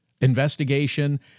investigation